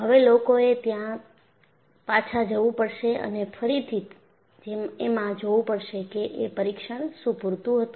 હવે લોકોએ ત્યાં પાછા જવું પડશે અને ફરીથી એમાં જોવું પડશે કે એ પરીક્ષણ શું પૂરતું હતું